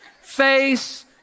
face